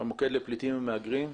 המוקד לפליטים ומהגרים.